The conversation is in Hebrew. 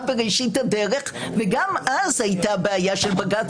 בראשית הדרך וגם אז הייתה בעיה של בג"צ.